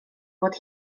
bod